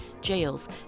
jails